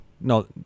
no